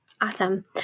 awesome